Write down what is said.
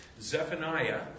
Zephaniah